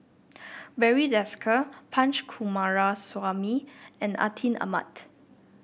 Barry Desker Punch Coomaraswamy and Atin Amat